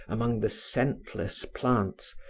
among the scentless plants,